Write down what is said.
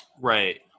Right